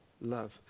love